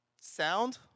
sound